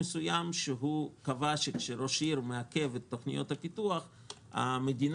סעיף שקבע שכאשר ראש עיר מעכב את תוכניות הפיתוח המדינה,